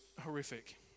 horrific